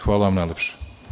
Hvala vam najlepše.